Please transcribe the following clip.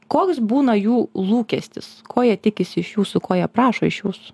koks būna jų lūkestis ko jie tikisi iš jūsų ko jie prašo iš jūsų